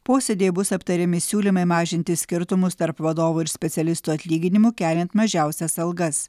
posėdyje bus aptariami siūlymai mažinti skirtumus tarp vadovų ir specialistų atlyginimų keliant mažiausias algas